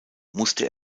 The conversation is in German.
musste